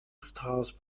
stars